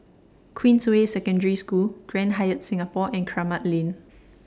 Queensway Secondary School Grand Hyatt Singapore and Kramat Lane